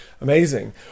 Amazing